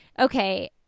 okay